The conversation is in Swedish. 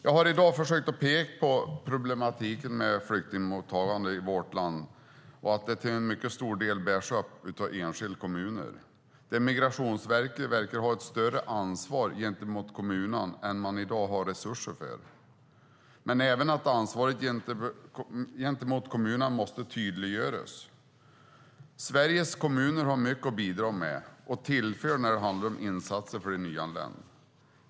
Jag har i dag försökt peka på problematiken med flyktingmottagandet i vårt land och att det till mycket stor del bärs upp av enskilda kommuner, att Migrationsverket verkar ha ett större ansvar gentemot kommunerna än man i dag har resurser för men även att ansvaret gentemot kommunerna måste tydliggöras. Sveriges kommuner har mycket att bidra med och tillföra när det handlar om insatser för de nyanlända.